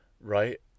right